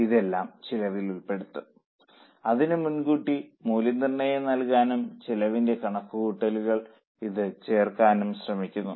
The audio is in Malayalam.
ഇതെല്ലാം ചെലവിൽ ഉൾപ്പെടുത്തും അതിന് മുൻകൂട്ടി മൂല്യനിർണ്ണയം നൽകാനും ചെലവിന്റെ കണക്കുകൂട്ടലുകൾക്കായി ഇത് ചേർക്കാനും ശ്രമിക്കും